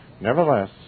Nevertheless